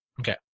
Okay